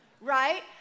right